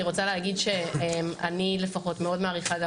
אני רוצה להגיד שאני לפחות מאוד מעריכה גם